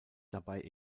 dabei